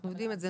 נעה,